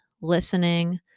listening